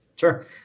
Sure